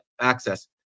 access